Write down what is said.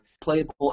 playable